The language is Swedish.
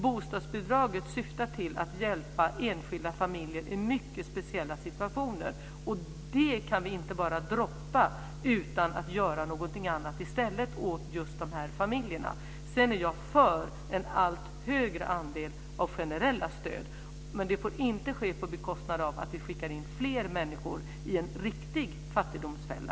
Bostadsbidraget syftar till att hjälpa enskilda familjer i mycket speciella situationer, och det kan vi inte bara droppa utan att göra någonting annat i stället åt just dessa familjer. Sedan är jag för en allt högre andel generella stöd, men det får inte vara på bekostnad av att vi skickar in fler människor i en riktig fattigdomsfälla.